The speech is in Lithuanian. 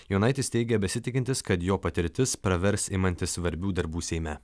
jonaitis teigė besitikintis kad jo patirtis pravers imantis svarbių darbų seime